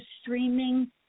streaming